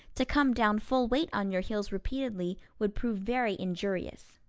to come down full weight on your heels repeatedly would prove very injurious.